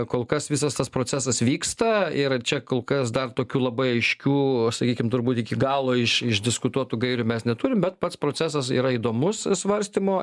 kol kas visas tas procesas vyksta ir čia kol kas dar tokių labai aiškių sakykim turbūt iki galo iš išdiskutuotų gairių mes neturim bet pats procesas yra įdomus svarstymo